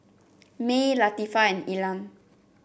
Mae Latifah and Elam